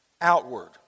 outward